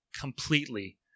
completely